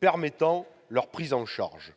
permettant sa prise en charge.